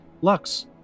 Lux